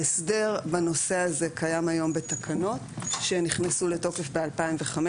ההסדר בנושא הזה קיים היום בתקנות שנכנסו לתוקף ב-2015,